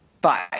bye